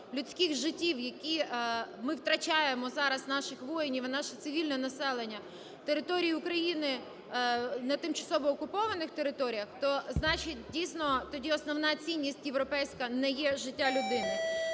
людських життів, які ми втрачаємо зараз, наших воїнів і наше цивільне населення території України на тимчасово окупованих територіях, то значить, дійсно, тоді основна цінність європейська не є життя людини.